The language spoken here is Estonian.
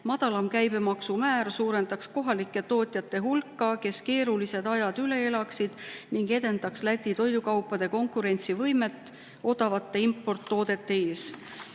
madalam käibemaksumäär suurendataks kohalike tootjate hulka, kes keerulised ajad üle elaksid, ning see edendaks Läti toidukaupade konkurentsivõimet odavate importtoodetega